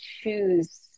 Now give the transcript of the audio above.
choose